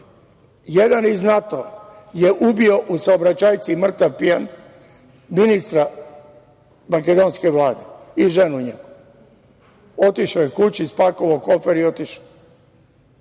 Jedan iz NATO je ubio u saobraćajci, mrtav pijana, ministra makedonske Vlade i njegovu ženu. Otišao je kući, spakovao kofer i otišao.